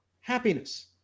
happiness